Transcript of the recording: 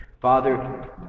Father